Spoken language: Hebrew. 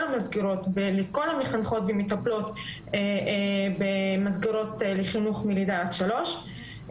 המסגרות ולכל המחנכות והמטפלות במסגרות לחינוך מלידה עד שלוש.